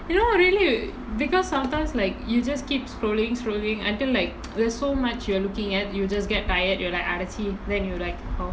you know really because sometimes like you just keep scrolling scrolling until like there's so much you're looking at you just get tired you like ah அடச்சீ:adachee then you like